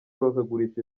bakagurisha